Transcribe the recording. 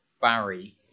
Barry